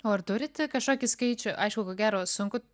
o ar turit kažkokį skaičių aišku ko gero sunku